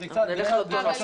אנחנו נלך על אותו נוסח.